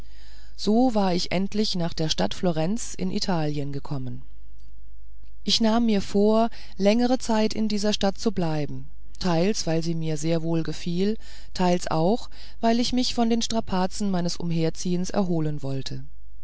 so war ich endlich nach der stadt florenz in italien gekommen ich nahm mir vor längere zeit in dieser stadt zu bleiben teils weil sie mir sehr wohl gefiel teils auch weil ich mich von den strapazen meines umherziehens erholen wollte